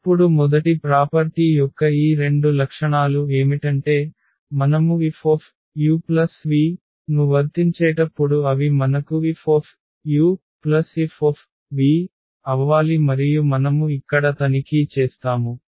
ఇప్పుడు మొదటి ప్రాపర్టీ యొక్క ఈ రెండు లక్షణాలు ఏమిటంటే మనము Fuv ను వర్తించేటప్పుడు అవి మనకు F F అవ్వాలి మరియు మనము ఇక్కడ తనిఖీ చేస్తాము